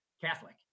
Catholic